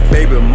Baby